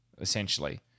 essentially